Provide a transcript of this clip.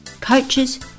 Coaches